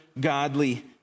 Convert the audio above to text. godly